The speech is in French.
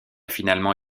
finalement